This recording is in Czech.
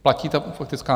Platí ta faktická?